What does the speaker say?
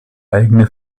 eigene